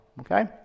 Okay